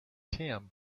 tim